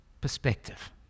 perspective